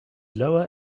lower